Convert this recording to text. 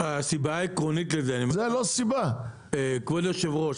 כבוד היו"ר,